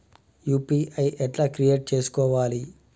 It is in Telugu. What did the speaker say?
యూ.పీ.ఐ ఎట్లా క్రియేట్ చేసుకోవాలి?